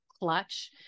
clutch